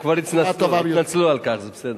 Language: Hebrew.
הם כבר התנצלו על כך, זה בסדר.